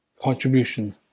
contribution